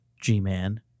G-Man